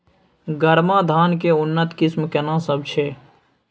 गरमा धान के उन्नत किस्म केना सब छै?